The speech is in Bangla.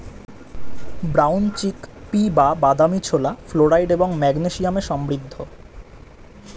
ব্রাউন চিক পি বা বাদামী ছোলা ফ্লোরাইড এবং ম্যাগনেসিয়ামে সমৃদ্ধ